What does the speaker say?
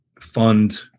fund